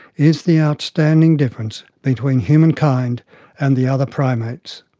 is the outstanding difference between human kinds and the other primates.